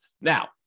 Now